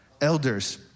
Elders